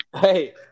Hey